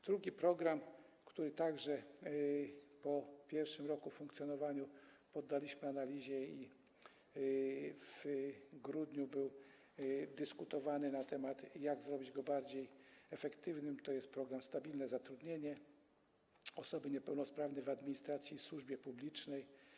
Drugi program, który także po pierwszym roku funkcjonowania poddaliśmy analizie i w grudniu dyskutowano na temat, jak uczynić go bardziej efektywnym, to jest program „Stabilne zatrudnienie - osoby niepełnosprawne w administracji i służbie publicznej”